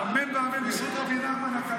אמן ואמן, בזכות רבי נחמן הקדוש.